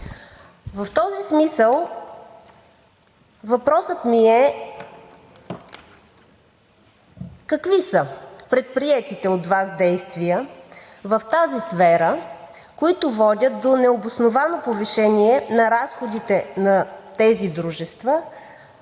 В този смисъл въпросът ми е: какви са предприетите от Вас действия в тази сфера, които водят до необосновано повишение на разходите на тези дружества